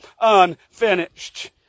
unfinished